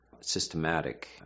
systematic